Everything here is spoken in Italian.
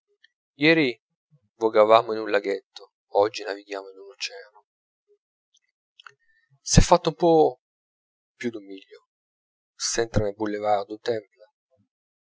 ieri vogavamo in un laghetto oggi navighiamo in un oceano si è fatto un po più d'un miglio s'entra nel boulevard du